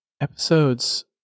episodes